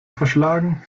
verschlagen